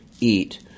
eat